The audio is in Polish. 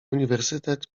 uniwersytet